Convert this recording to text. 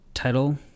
title